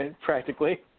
practically